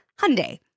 Hyundai